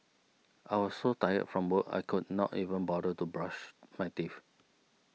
I was so tired from work I could not even bother to brush my teeth